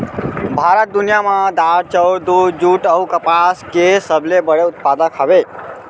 भारत दुनिया मा दार, चाउर, दूध, जुट अऊ कपास के सबसे बड़े उत्पादक हवे